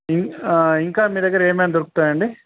ఇం ఇంకా మీ దగ్గర ఏమైనా దొరుకుతాయండి